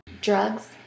Drugs